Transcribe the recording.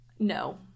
No